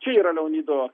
čia yra leonido